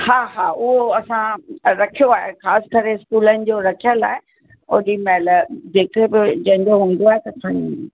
हा हा उहो असां रखियो आहे ख़ासि करे स्कूलनि जो रखियल आहे ओॾी महिल जेतिरो बि जंहिंजो हूंदो आहे त खणी